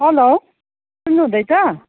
hello सुन्नुहुँदैछ